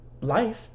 life